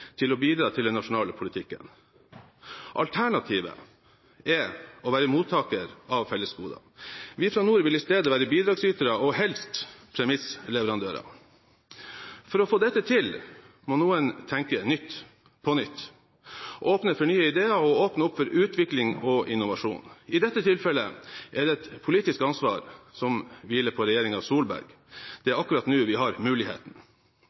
til å bidra til den nasjonale politikken. Alternativet er å være mottaker av fellesgoder. Vi fra nord vil i stedet være bidragsytere – og helst premissleverandører. For å få dette til må noen tenke nytt, på nytt – åpne for nye ideer og åpne opp for utvikling og innovasjon. I dette tilfellet er det et politisk ansvar som hviler på regjeringen Solberg. Det er akkurat nå vi har